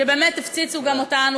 שבאמת הפציצו גם אותנו,